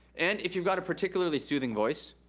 and if you've got a particularly soothing voice,